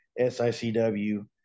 SICW